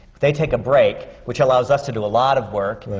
they take a break, which allows us to do a lot of work. right.